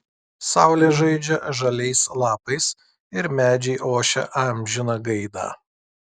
saulė žaidžia žaliais lapais ir medžiai ošia amžiną gaidą